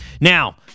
Now